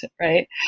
right